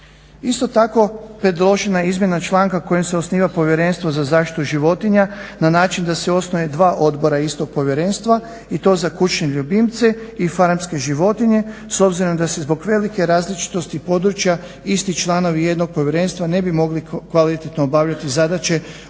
Isto tako predložena je izmjena članka kojim se osniva povjerenstvo za zaštitu životinja na način da se osnuje dva odbora istog povjerenstva i to za kućne ljubimce i farmske životinje s obzirom da se zbog velike različitosti područja isti članovi jednog povjerenstva ne bi mogli kvalitetno obavljati zadaće